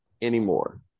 anymore